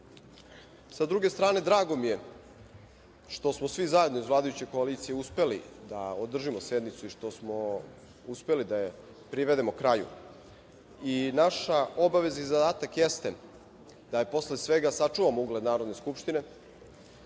druge strane, drago mi je što smo svi zajedno iz vladajuće koalicije uspeli da održimo sednicu i što smo uspeli da je privedemo kraju. Naša obaveza i zadatak jeste da posle svega sačuvamo ugled Narodne skupštine,